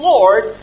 Lord